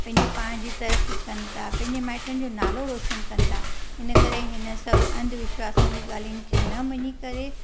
पंहिंजे पाण जी तरक़ी कनि था पंहिंजे माइटनि जो नालो रोशन कनि था इनकरे हिन सभु अंधविश्वासनि जी ॻाल्हियुनि खे न मञी करे